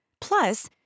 Plus